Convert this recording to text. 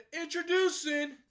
introducing